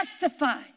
Justified